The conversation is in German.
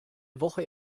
woche